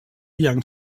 iang